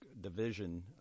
division